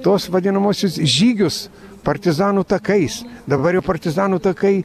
tuos vadinamuosius žygius partizanų takais dabar jau partizanų takai